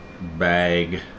bag